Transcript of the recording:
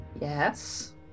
Yes